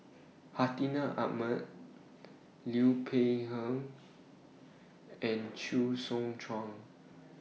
Hartinah Ahmad Liu Peihe and Chee Soon Juan